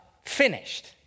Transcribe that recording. finished